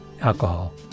alcohol